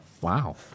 Wow